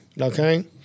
okay